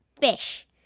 fish